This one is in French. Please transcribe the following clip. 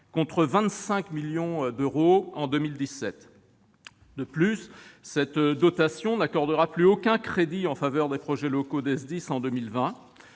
contre 25 millions d'euros en 2017. De plus, cette dotation n'accordera plus aucun crédit en faveur des projets locaux des SDIS en 2020.